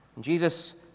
Jesus